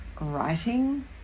writing